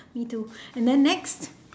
me too and then next